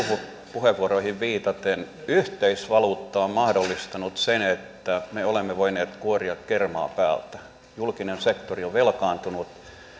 puheenvuoroihin viitaten yhteisvaluutta on mahdollistanut sen että me olemme voineet kuoria kermaa päältä julkinen sektori on velkaantunut